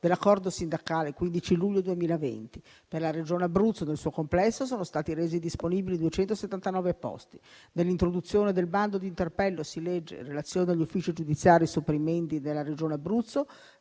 dell'accordo sindacale del 15 luglio 2020. Per la Regione Abruzzo nel suo complesso sono stati resi disponibili 279 posti. Nell'introduzione al bando di interpello si legge: «(...) in relazione agli Uffici Giudiziari sopprimendi della Regione Abruzzo